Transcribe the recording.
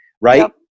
right